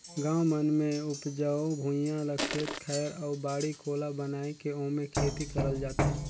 गाँव मन मे उपजऊ भुइयां ल खेत खायर अउ बाड़ी कोला बनाये के ओम्हे खेती करल जाथे